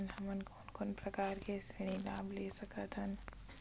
हमन कोन कोन प्रकार के ऋण लाभ ले सकत हन?